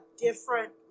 different